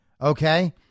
Okay